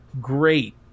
Great